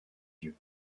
yeux